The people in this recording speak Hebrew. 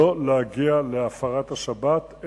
משתדלים שלא להגיע להפרת השבת,